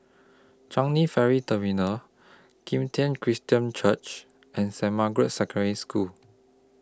Changi Ferry Terminal Kim Tian Christian Church and Saint Margaret's Secondary School